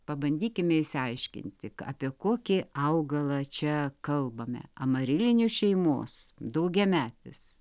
pabandykime išsiaiškinti apie kokį augalą čia kalbame amarilinių šeimos daugiametis